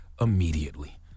immediately